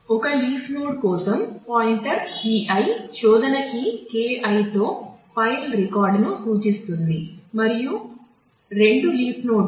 ఒక leaf node